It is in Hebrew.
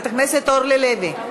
חברת הכנסת אורלי לוי,